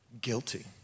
Guilty